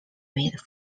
made